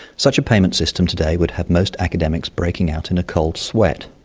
such a payment system today would have most academics breaking out in a cold sweat.